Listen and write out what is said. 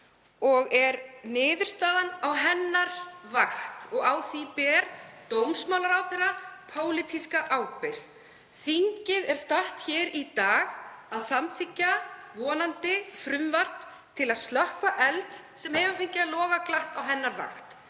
og niðurstaðan er á hennar vakt og á henni ber dómsmálaráðherra pólitíska ábyrgð. Þingið er statt hér í dag að samþykkja vonandi frumvarp til að slökkva eld sem hefur fengið að loga glatt á hennar vakt.